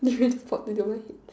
durian popped into my head